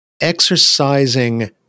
exercising